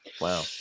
Wow